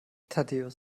thaddäus